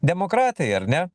demokratai ar ne